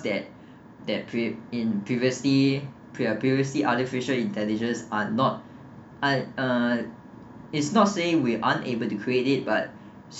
that that create in previously previously artificial intelligence are not i~ uh it's not saying we unable to create it but